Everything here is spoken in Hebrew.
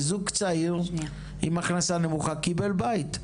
זוג צעיר עם הכנסה נמוכה קיבל בית.